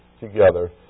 together